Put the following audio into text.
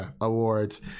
awards